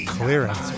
clearance